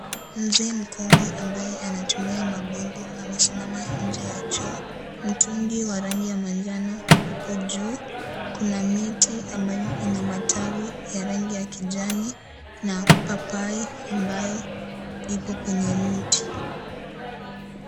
Mzee mkongwe ambaye anatumia makongo amesimama nje ya choo , mtungi wa rangi ya manjano uko juu, kuna mti ambayo ina matawi ya rangi ya kijani na papai ambayo ipo kwenye miti.